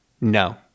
no